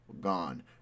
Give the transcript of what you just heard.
Gone